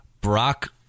brock